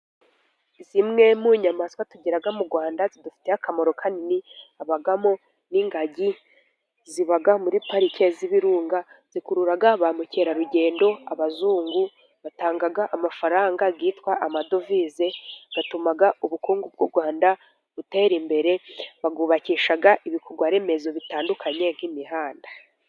Zimwe mu nyamaswa tugira mu Rwanda, zidufitiye akamaro kanini habamo n'ingagi, ziba muri pariki y'ibirunga zikurura ba mukerarugendo, abazungu batanga amafaranga yitwa amadovize, atuma ubukungu bw'u Rwanda butera imbere, bayubakisha ibikorwa remezo bitandukanye nk'imihanda.